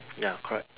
ya correct